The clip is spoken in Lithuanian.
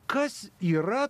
kas yra